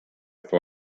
for